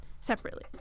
separately